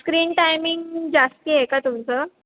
screen timing जास्त आहे का तुमचं